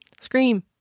Scream